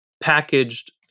packaged